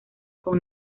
con